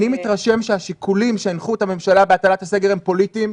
אני מתרשם שהשיקולים שהנחו את הממשלה בהטלת הסגר הם פוליטיים,